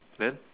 then